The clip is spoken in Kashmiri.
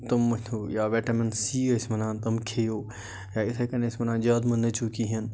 تِم مٔتھِو یا وٮ۪ٹامِن سی ٲسۍ وَنان تِم کھیٚیو یا یِتھَے کٲنۍ ٲسۍ وَنان زیادٕ مہٕ نٔژِو کِہیٖنۍ